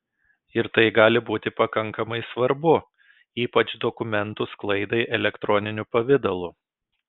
ir tai gali būti pakankamai svarbu ypač dokumentų sklaidai elektroniniu pavidalu